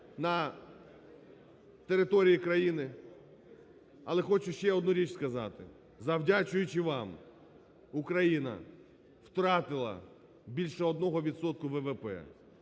на території країни. Але хочу ще одну річ сказати, завдячуючи вам, Україна втратила більше одного